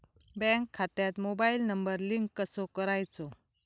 Bank खात्यात mobile number link कसो करायचो?